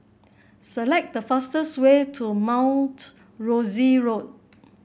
select the fastest way to Mount Rosie Road